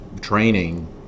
training